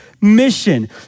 mission